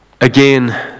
Again